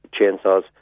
chainsaws